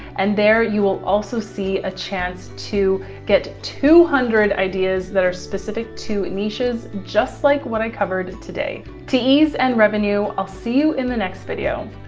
and there, you will also see a chance to get two hundred ideas that are specific to niches, just like what i covered today. to ease and revenue. i'll see you in the next video.